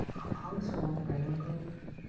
हाबहां समाव गायनांगौ